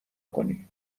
کنی